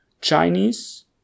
Chinese